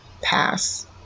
pass